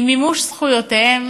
היא מימוש זכויותיהם,